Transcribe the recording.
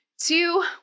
Two